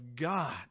God